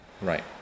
right